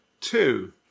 Two